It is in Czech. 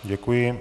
Děkuji.